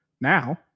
Now